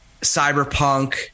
cyberpunk